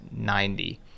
90